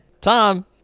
Tom